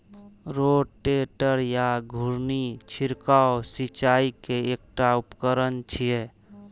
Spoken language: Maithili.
रोटेटर या घुर्णी छिड़काव सिंचाइ के एकटा उपकरण छियै